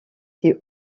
ses